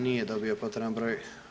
Nije dobio potreban broj.